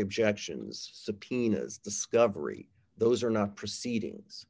objections subpoenas discovery those are not proceedings